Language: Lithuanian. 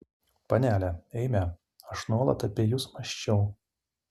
panele eime aš nuolat apie jus mąsčiau